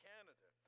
Canada